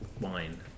wine